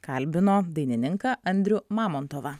kalbino dainininką andrių mamontovą